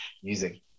using